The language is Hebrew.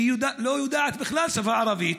והיא לא יודעת בכלל את השפה הערבית.